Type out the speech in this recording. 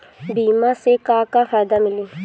बीमा से का का फायदा मिली?